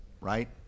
Right